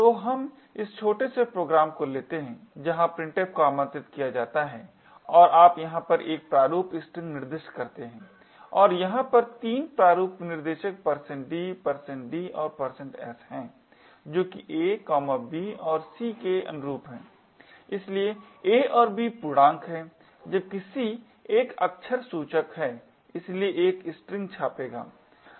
तो हम इस छोटे से प्रोग्राम को लेते हैं जहां printf को आमंत्रित किया जाता है और आप यहाँ पर एक प्रारूप स्ट्रिंग निर्दिष्ट करते हैं और यहाँ पर 3 प्रारूप विनिर्देशक d d और s हैं जो कि a b और c के अनुरूप हैं इसलिए a और b पूर्णांक हैं जबकि c एक अक्षर सूचक और इसलिए एक स्ट्रिंग छपेगा